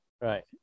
Right